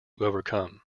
overcome